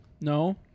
No